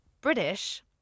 British